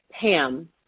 Pam